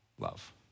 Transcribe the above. love